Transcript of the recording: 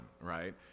right